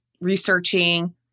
researching